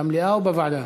במליאה או בוועדה?